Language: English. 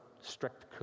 strict